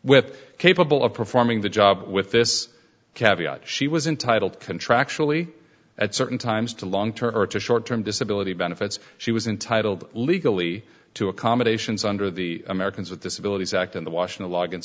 with capable of performing the job with this caviar she was entitled contractually at certain times to long term or to short term disability benefits she was entitled legally to accommodations under the americans with disabilities act in the washington log